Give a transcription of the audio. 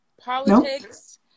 politics